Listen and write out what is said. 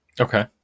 Okay